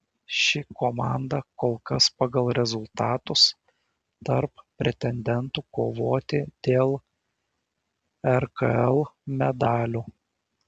ši komanda kol kas pagal rezultatus tarp pretendentų kovoti dėl rkl medalių